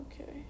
okay